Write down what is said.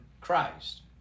Christ